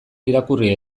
irakurri